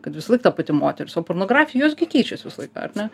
kad visąlaik ta pati moteris o pornografijoj jos gi keičiasi visą laiką ar ne